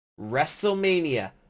WrestleMania